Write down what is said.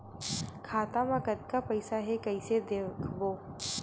खाता मा कतका पईसा हे कइसे देखबो?